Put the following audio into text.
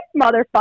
motherfucker